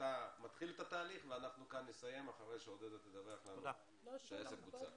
אתה מתחיל את התהליך ואנחנו כאן נסיים אחרי שעודדה תדווח לנו שזה בוצע.